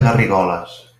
garrigoles